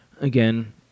again